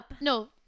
No